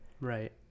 Right